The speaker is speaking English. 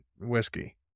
whiskey